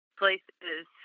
places